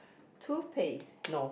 toothpaste